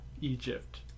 Egypt